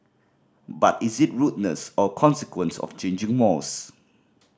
but is it rudeness or consequence of changing mores